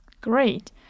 Great